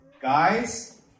Guys